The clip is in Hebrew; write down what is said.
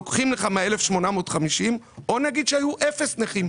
לוקחים לך מה-1,850 או שנגיד היו אפס נכים.